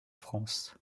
france